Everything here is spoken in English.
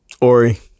Ori